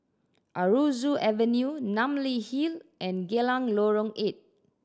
Aroozoo Avenue Namly Hill and Geylang Lorong Eight